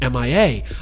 MIA